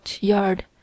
yard